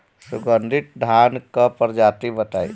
सुगन्धित धान क प्रजाति बताई?